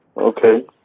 Okay